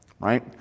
right